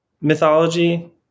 mythology